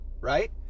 right